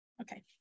Okay